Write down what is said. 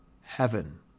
heaven